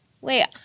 wait